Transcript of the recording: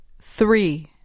three